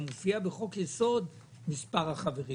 מופיע בחוק-יסוד מספר החברים.